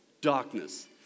darkness